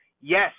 yes